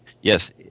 Yes